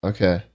Okay